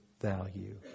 value